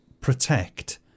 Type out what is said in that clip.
protect